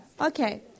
Okay